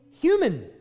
human